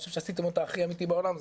אני חושב שעשיתם אותה הכי אמיתי בעולם,